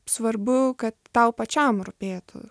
svarbu kad tau pačiam rūpėtų